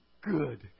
good